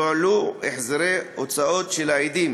יועלו החזרי הוצאות של העדים